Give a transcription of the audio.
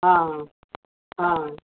हां हां